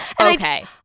okay